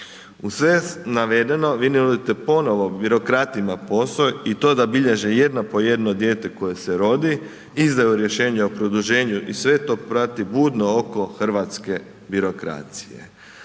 Uz sve navedeno, vi ne odete ponovo birokratima POS-a i to da bilježe jedno po jedno dijete koje se rodi, izdaju rješenje o produženju i sve to prati budno oko hrvatske birokracije.